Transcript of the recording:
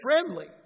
friendly